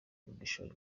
gushora